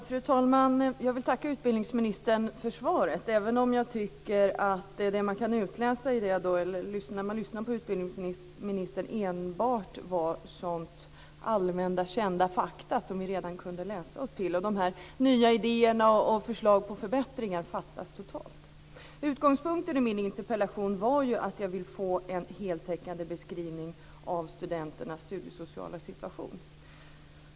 Fru talman! Jag vill tacka utbildningsministern för svaret, även om jag tycker att det man kan utläsa när man lyssnar till utbildningsministern enbart handlar om allmänt kända fakta som vi redan kunnat läsa oss till. De nya idéerna och förslagen till förbättringar fattas totalt. Utgångspunkten i min interpellation var ju att jag vill få en heltäckande beskrivning av studenternas studiesociala situation.